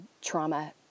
trauma